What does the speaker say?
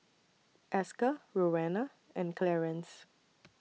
Esker Rowena and Clearence